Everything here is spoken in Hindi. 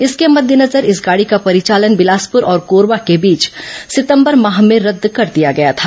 इसके मद्देनजर इस गाडी का परिचालन बिलासपुर और कोरबा के बीच सितंबर माह में रद्द कर दिया गया था